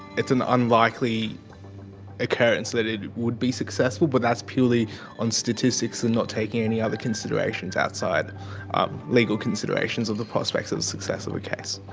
it's an unlikely occurrence that it would be successful, but that's purely on statistics and not taking any other considerations outside legal considerations of the prospects of the success of a case.